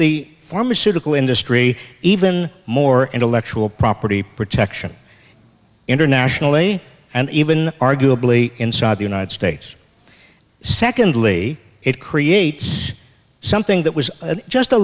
the pharmaceutical industry even more intellectual property protection internationally and even arguably inside the united states secondly it creates something that was just a